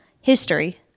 history